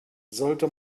sollte